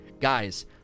guys